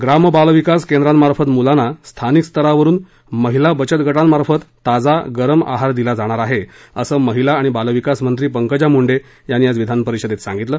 ग्राम बालविकास केंद्रांमार्फत मुलांना स्थानिक स्तरावरून महिला बचतगटांमार्फत ताजा गरम आहार दिला जाणार आहे असं महिला आणि बालविकास मंत्री पंकजा मुंडे यांनी आज विधानपरिषदेत सांगितलं